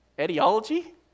etiology